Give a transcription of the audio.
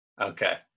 Okay